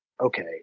Okay